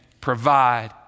provide